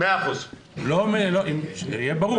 שיהיה ברור,